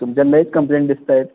तुमच्या लईच कंप्लेंट दिसत आहेत